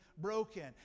broken